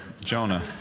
Jonah